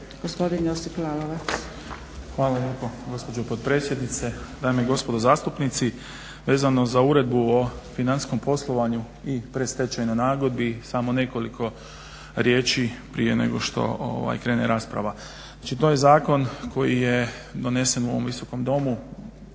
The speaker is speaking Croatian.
Boris** Hvala lijepo gospođo potpredsjednice, dame i gospodo zastupnici. Vezano za Uredbu o financijskom poslovanju i predstečajna nagodbi samo nekoliko riječi prije nego što krene rasprava. Znači, to je zakon koji je donesen u ovom visokom domu,